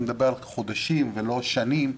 אני מדבר על חודשים ולא שנים,